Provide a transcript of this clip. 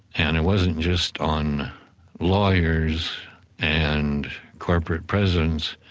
and it wasn't just on lawyers and corporate presidents,